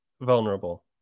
vulnerable